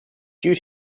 due